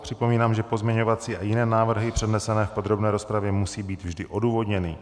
Připomínám, že pozměňovací a jiné návrhy přednesené v podrobné rozpravě musí být vždy odůvodněny.